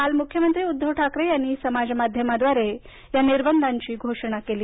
काल मुख्यमंत्री उद्धव ठाकरे यांनी समाज माध्यमाद्वारे या निर्बंधांची घोषणा केली